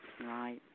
Right